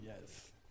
yes